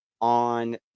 on